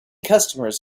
customers